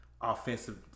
offensive